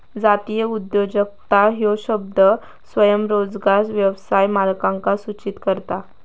जातीय उद्योजकता ह्यो शब्द स्वयंरोजगार व्यवसाय मालकांका सूचित करता